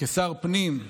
כשר פנים,